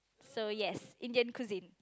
so yes Indian cuisine